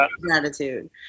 gratitude